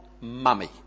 Mummy